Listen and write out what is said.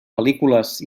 pel·lícules